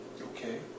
Okay